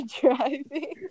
driving